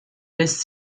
lässt